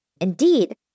Indeed